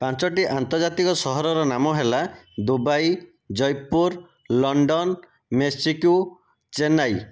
ପାଞ୍ଚୋଟି ଆନ୍ତର୍ଜାତୀକ ସହରର ନାମ ହେଲା Dubai Jaipur London Mexico Chennai